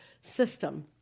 system